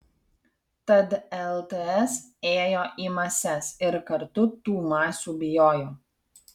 tad lts ėjo į mases ir kartu tų masių bijojo